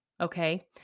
okay